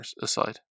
aside